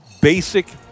basic